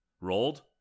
Rolled